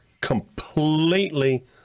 completely